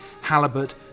halibut